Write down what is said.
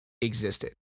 existed